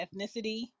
ethnicity